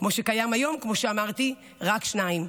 כמו שקיים היום, כמו שאמרתי, רק שניים.